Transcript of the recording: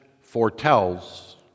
foretells